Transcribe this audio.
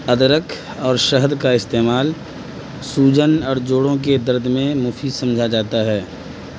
ادرک اور شہد کا استعمال سوجن اور جوڑوں کے درد میں مفید سمجھا جاتا ہے